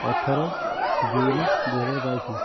ଅଠର ଜୁନୁ ଦୁଇହଜାର ବାଇଶି